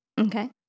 Okay